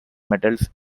medals